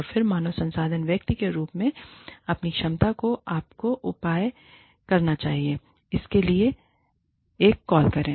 और फिर मानव संसाधन व्यक्ति के रूप में अपनी क्षमता में आपको क्या उपाय करना चाहिए इसके लिए एक कॉल करें